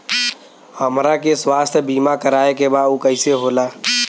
हमरा के स्वास्थ्य बीमा कराए के बा उ कईसे होला?